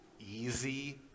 easy